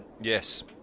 Yes